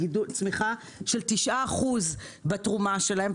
צמיחה של 9% בתרומה שלהם.